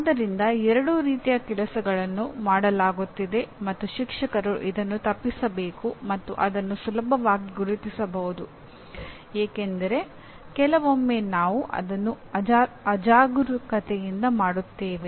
ಆದ್ದರಿಂದ ಎರಡೂ ರೀತಿಯ ಕೆಲಸಗಳನ್ನು ಮಾಡಲಾಗುತ್ತಿದೆ ಮತ್ತು ಶಿಕ್ಷಕರು ಇದನ್ನು ತಪ್ಪಿಸಬೇಕು ಮತ್ತು ಅದನ್ನು ಸುಲಭವಾಗಿ ಗುರುತಿಸಬಹುದು ಏಕೆಂದರೆ ಕೆಲವೊಮ್ಮೆ ನಾವು ಅದನ್ನು ಅಜಾಗರೂಕತೆಯಿಂದ ಮಾಡುತ್ತೇವೆ